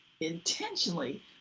intentionally